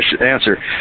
answer